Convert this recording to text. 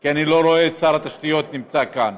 כי אני לא רואה את שר התשתיות נמצא כאן.